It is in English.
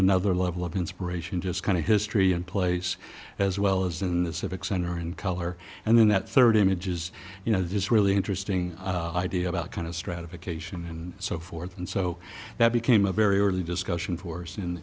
another level of inspiration just kind of history in place as well as in the civic center in color and then that third image is you know this really interesting idea about kind of stratification and so forth and so that became a very early discussion force in